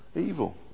evil